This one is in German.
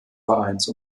vereins